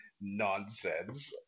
nonsense